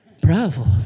Bravo